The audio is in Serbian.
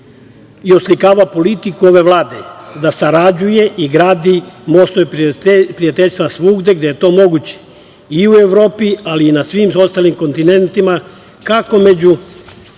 i oslikava politiku ove Vlade, da sarađuje i gradi mostove prijateljstva svugde gde je to moguće, i u Evropi, ali i na svim ostalim kontinentima, kako među